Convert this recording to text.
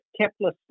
Kepler